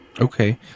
Okay